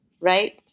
Right